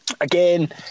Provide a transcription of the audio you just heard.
again